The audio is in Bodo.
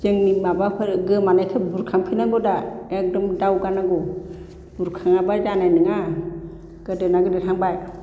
जोंनि माबाफोर गोमायनायखौ बुरखां फिननांगौ दा एकदम दावगानांगौ बुरखाङाबा जानाय नङा गोदोना गोदोहांबाय